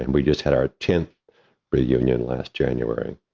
and we just had our tenth reunion last january.